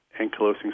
ankylosing